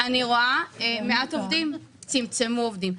אני רואה מעט עובדים צמצמו עובדים.